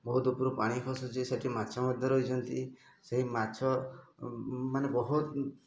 ବହୁତ ଉପରକୁ ପାଣି ପଶୁଛି ସେଠି ମାଛ ମଧ୍ୟ ରହିଛନ୍ତି ସେଇ ମାଛ ମାନେ ବହୁତ